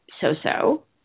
so-so